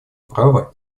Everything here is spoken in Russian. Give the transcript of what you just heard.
права